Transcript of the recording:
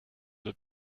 der